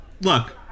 look